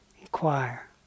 Inquire